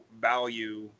value